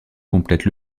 complètent